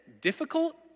difficult